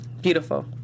beautiful